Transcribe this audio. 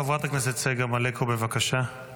חברת הכנסת צגה מלקו, בבקשה.